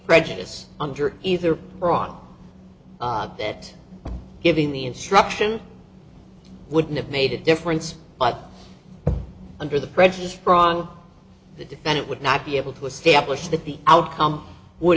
prejudice under either or on that giving the instruction wouldn't have made a difference but under the prejudice wrong the defendant would not be able to establish that the outcome would